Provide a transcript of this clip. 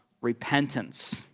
repentance